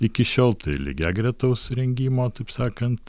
iki šiol tai lygiagretaus rengimo taip sakant